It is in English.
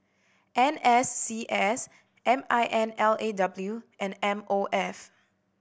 N S C S M I N L A W and M O F